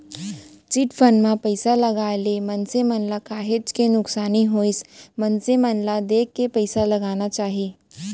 chit fund म पइसा लगाए ले मनसे मन ल काहेच के नुकसानी होइस मनसे मन ल देखे के पइसा लगाना चाही